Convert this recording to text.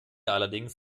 allerdings